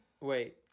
Wait